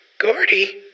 Gordy